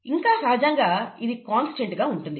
ఇంకా సహజంగా ఇది కాన్స్టెంట్ గా ఉంటుంది